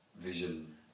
vision